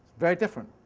very different.